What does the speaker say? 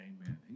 Amen